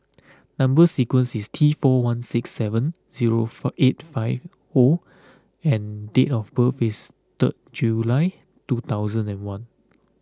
number sequence is T four one six seven zero eight five O and date of birth is third July two thousand and one